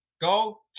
Go